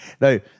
no